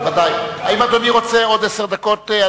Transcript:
האם אדוני רוצה עוד עשר דקות,